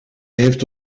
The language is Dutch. heeft